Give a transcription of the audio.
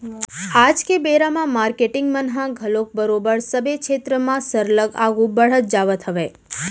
आज के बेरा म मारकेटिंग मन ह घलोक बरोबर सबे छेत्र म सरलग आघू बड़हत जावत हावय